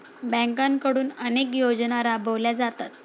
बँकांकडून अनेक योजना राबवल्या जातात